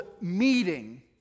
meeting